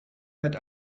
wird